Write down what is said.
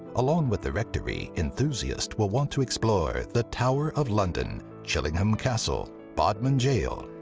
along with the rectory, enthusiasts will want to explore the tower of london, chillingham castle, bodmin jail,